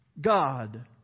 God